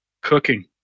Cooking